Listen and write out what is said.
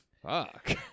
Fuck